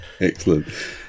Excellent